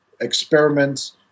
experiments